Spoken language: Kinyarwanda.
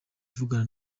kuvugana